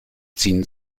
ziehen